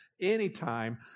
anytime